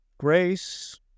grace